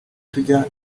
tujya